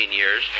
years